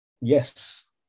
yes